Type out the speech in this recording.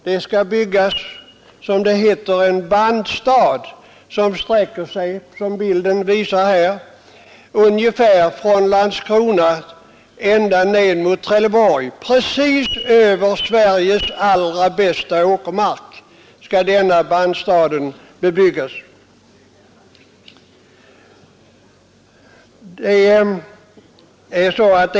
Man skall, som det heter, bygga en bandstad som sträcker sig — såsom framgår av den plan jag visar på tv-skärmen — ungefär från Landskrona ända ned mot Trelleborg. Denna bandstad skall byggas precis över Sveriges allra bästa åkermark!